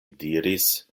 diris